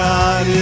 God